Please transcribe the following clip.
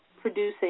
Producing